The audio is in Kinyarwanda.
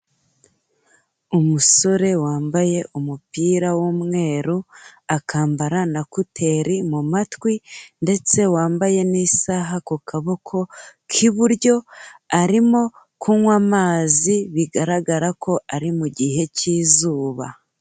Umusore wambaye umupira w'umweru, akambara na kuteri mu matwi ndetse wambaye n'isaha ku kaboko k'iburyo, arimo kunywa amazi bigaragara ko ari mu gihe cy'izuba.